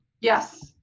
Yes